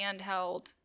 handheld